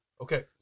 Okay